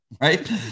right